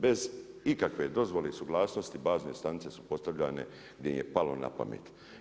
Bez ikakve dozvole i suglasnosti bazne stanice su postavljane gdje im je palo na pamet.